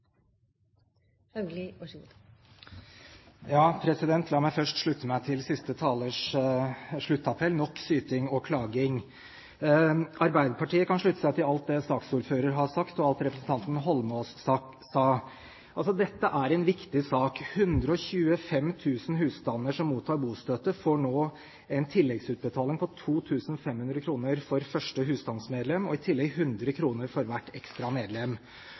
klaging. Arbeiderpartiet kan slutte seg til alt det saksordføreren har sagt, og alt representanten Holmås sa. Dette er en viktig sak. 125 000 husstander som mottar bostøtte, får nå en tilleggsutbetaling på 2 500 kr for første husstandsmedlem, og i tillegg 100 kr for hvert ekstra medlem.